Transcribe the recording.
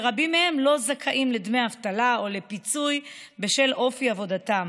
ורבים מהם לא זכאים לדמי אבטלה או לפיצוי בשל אופי עבודתם.